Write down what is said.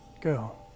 Go